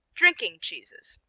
drinking cheeses